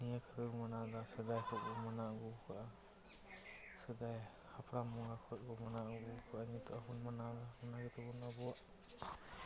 ᱱᱤᱭᱟᱹᱠᱚ ᱵᱚ ᱢᱟᱱᱟᱣᱫᱟ ᱥᱮᱫᱟᱭ ᱠᱷᱚᱱᱵᱚ ᱢᱟᱱᱟᱣ ᱟᱹᱜᱩᱣᱠᱟᱫᱟ ᱥᱮᱫᱟᱭ ᱦᱟᱯᱲᱟᱢ ᱵᱚᱸᱜᱟ ᱠᱷᱚᱡᱵᱚ ᱢᱟᱱᱟᱣ ᱟᱹᱜᱩᱣᱠᱟᱜᱼᱟ ᱱᱤᱛᱤᱚᱜᱦᱚᱸ ᱵᱚᱱ ᱢᱟᱱᱟᱣ ᱚᱱᱟᱜᱮ ᱛᱟᱵᱚᱱ ᱟᱵᱚᱣᱟᱜ